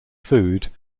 food